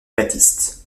baptiste